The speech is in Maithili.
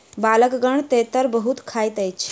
बालकगण तेतैर बहुत खाइत अछि